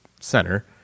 center